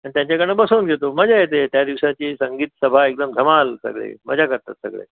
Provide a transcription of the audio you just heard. आणि त्यांच्याकडनं बसवून घेतो मजा येते त्या दिवसाची संगीत सभा एकदम धमाल सगळे मजा करतात सगळे